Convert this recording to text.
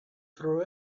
through